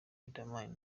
riderman